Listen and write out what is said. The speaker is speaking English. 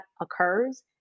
occurs